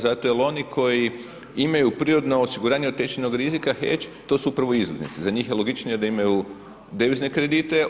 Zato jer oni koji imaju prirodna osiguranja od tečajnog rizika hedg to su upravo izvoznici za njih je logičnije da imaju devizne kredite.